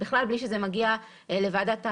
מבלי שזה מגיע לוועדת המומחים.